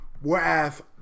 Whereas